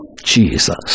Jesus